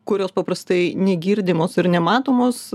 kurios paprastai negirdimos ir nematomos